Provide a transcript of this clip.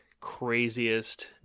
craziest